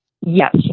Yes